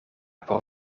por